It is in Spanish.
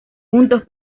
juntos